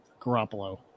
Garoppolo